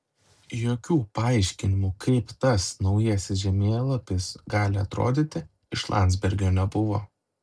jokių paaiškinimų kaip tas naujasis žemėlapis gali atrodyti iš landsbergio nebuvo